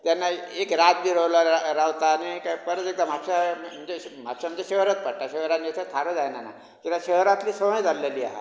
तेन्ना एक रात बी रावलो रावता आनीक परत एकदां म्हापशा म्हणजे अशें म्हापशा म्हजे शहरूच पडटा शहरान येसर थारो जायना ना कित्याक शहरांतली संवय जाल्लेली आहा